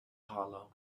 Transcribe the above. hollow